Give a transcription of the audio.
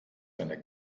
eine